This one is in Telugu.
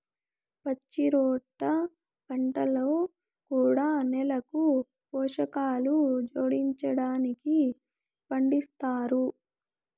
పచ్చిరొట్ట పంటలు కూడా నేలకు పోషకాలు జోడించడానికి పండిస్తారు